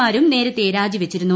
മാരും നേരത്തെ രാജിവച്ചിരുന്നു